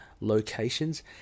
locations